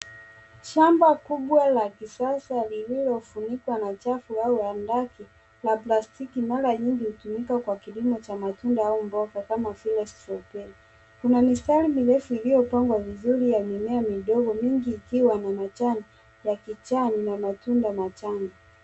Shamba kubwa la kisasa lililofunikwa na chafu au handaki, la plastiki. Mara nyingi hutumika kwa kilimo cha matunda au mboga kama vile strawberry .Kuna mistari mirefu iliyopangwa vizuri ya mimea midogo mingi ikiwa na majani ya kijani na matunda machanga.